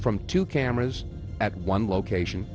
from two cameras at one location